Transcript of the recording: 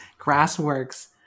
grassworks